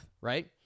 right